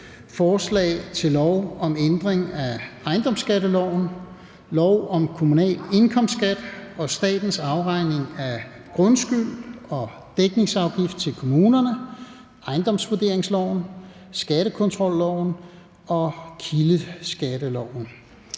Forslag til lov om ændring af ejendomsskatteloven, lov om kommunal indkomstskat og statens afregning af grundskyld og dækningsafgift til kommunerne, ejendomsvurderingsloven, skattekontrolloven og kildeskatteloven.